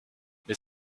mais